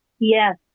Yes